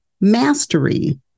mastery